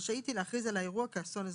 על האירוע כאסון אזרחי.